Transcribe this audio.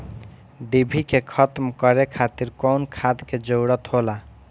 डिभी के खत्म करे खातीर कउन खाद के जरूरत होला?